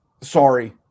Sorry